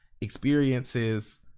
experiences